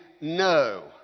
no